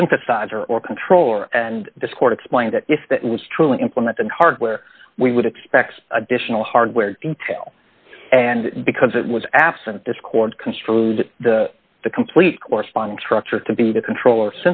synthesizer or controller and dischord explained that if that was true implement the hardware we would expect additional hardware intel and because it was absent dischord construed the the complete corresponding structure to be the controller